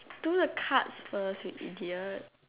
do the cards first you idiot